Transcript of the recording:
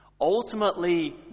ultimately